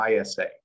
isa